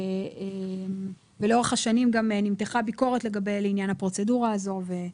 לאורך השנים נמתחה ביקורת לעניין הפרוצדורה הזאת.